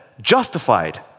justified